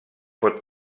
pot